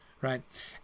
Right